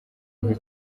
nke